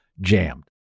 jammed